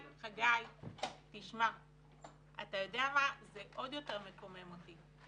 חגי, זה עוד יותר מקומם אותי.